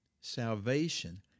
salvation